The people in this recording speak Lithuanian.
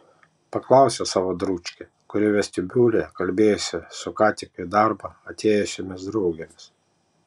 paklausė savo dručkę kuri vestibiulyje kalbėjosi su ką tik į darbą atėjusiomis draugėmis